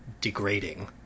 degrading